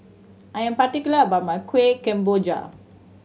I am particular about my Kuih Kemboja